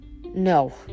No